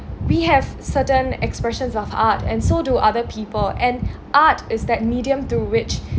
we have sudden expressions of art and so do other people and art is that medium to which